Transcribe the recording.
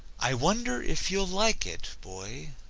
i wonder if you'll like it, boy,